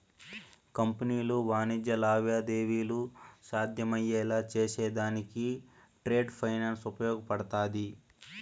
కంపెనీలు వాణిజ్య లావాదేవీలు సాధ్యమయ్యేలా చేసేదానికి ట్రేడ్ ఫైనాన్స్ ఉపయోగపడతాది